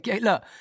Look